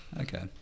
Okay